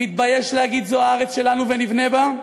מתבייש להגיד: זו הארץ שלנו ונבנה בה,